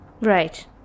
Right